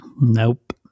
Nope